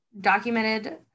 documented